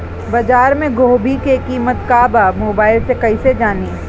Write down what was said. बाजार में गोभी के कीमत का बा मोबाइल से कइसे जानी?